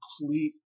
complete